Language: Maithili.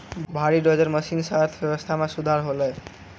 भारी डोजर मसीन सें अर्थव्यवस्था मे सुधार होलय